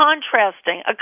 contrasting